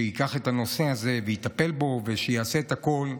שייקח את הנושא הזה ויטפל בו ושיעשה את הכול.